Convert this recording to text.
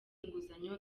inguzanyo